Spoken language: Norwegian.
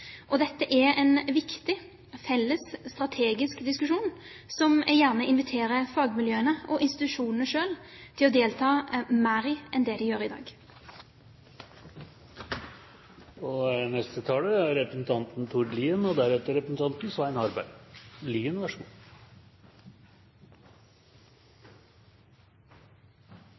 systematisk. Dette er en viktig felles, strategisk diskusjon, som jeg gjerne inviterer fagmiljøene og institusjonene selv til å delta mer i enn det de gjør i dag.